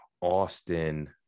Austin